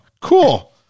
Cool